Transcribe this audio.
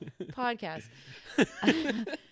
podcast